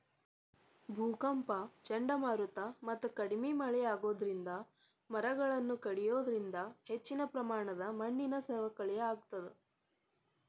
ಭೂಕಂಪ ಚಂಡಮಾರುತ ಮತ್ತ ಕಡಿಮಿ ಮಳೆ ಆಗೋದರಿಂದ ಮರಗಳನ್ನ ಕಡಿಯೋದರಿಂದ ಹೆಚ್ಚಿನ ಪ್ರಮಾಣದಾಗ ಮಣ್ಣಿನ ಸವಕಳಿ ಆಗ್ತದ